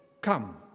come